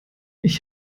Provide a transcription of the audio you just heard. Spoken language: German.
ich